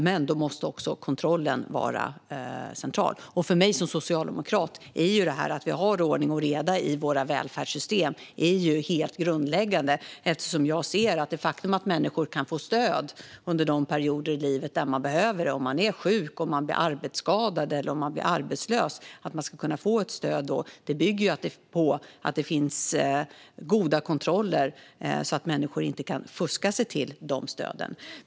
Men då måste också kontrollen vara central. För mig som socialdemokrat är detta att vi har ordning och reda i våra välfärdssystem helt grundläggande. Att människor kan få stöd under de perioder i livet när de behöver det, till exempel om de blir sjuka, arbetsskadade eller arbetslösa, bygger på att det finns goda kontroller så att människor inte kan fuska sig till de stöden.